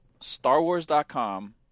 StarWars.com